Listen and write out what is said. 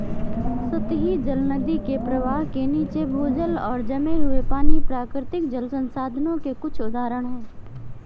सतही जल, नदी के प्रवाह के नीचे, भूजल और जमे हुए पानी, प्राकृतिक जल संसाधनों के कुछ उदाहरण हैं